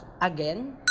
Again